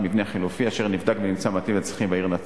מבנה חלופי אשר נבדק ונמצא מתאים לצרכים בעיר נצרת.